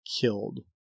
killed